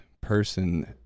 person